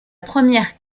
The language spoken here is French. première